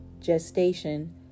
gestation